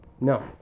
No